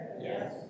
Yes